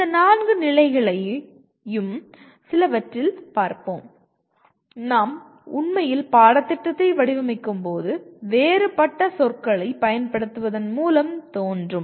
இந்த 4 நிலைகளையும் சிலவற்றில் பார்ப்போம் நாம் உண்மையில் பாடத்திட்டத்தை வடிவமைக்கும்போது வேறுபட்ட சொற்களைப் பயன்படுத்துவதன் மூலம் தோன்றும்